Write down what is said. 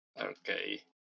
Okay